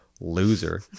Loser